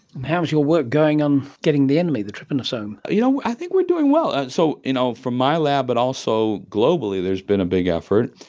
and how is your work going on getting the enemy, the trypanosome? you know, i think we're doing well. and so um from my lab but also globally there's been a big effort,